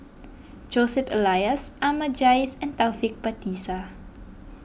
Joseph Elias Ahmad Jais and Taufik Batisah